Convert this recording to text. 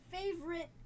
favorite